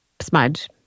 smudge